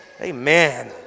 Amen